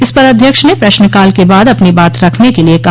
इस पर अध्यक्ष ने प्रश्नकाल के बाद अपनी बात रखने के लिये कहा